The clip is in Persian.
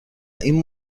این